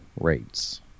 rates